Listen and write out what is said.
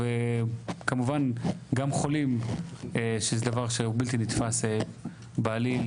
וכמובן גם חולים שזה דבר שהוא בלתי נתפס בעליל.